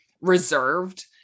reserved